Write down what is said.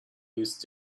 used